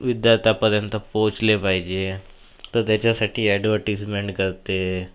विद्यार्थ्यांपर्यंत पोचले पाहिजे तर त्याच्यासाठी ॲडवटीजमेंट करते